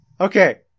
Okay